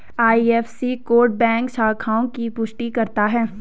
IFSC code bank शाखाओं की पुष्टि करता है